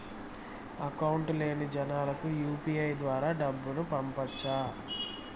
Account లేని జనాలకు UPI ద్వారా డబ్బును పంపొచ్చా?